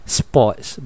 sports